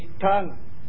tongue